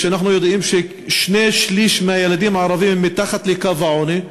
אנחנו יודעים ששני-שלישים מהילדים הערבים הם מתחת לקו העוני,